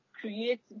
create